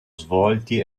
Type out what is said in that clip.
svolti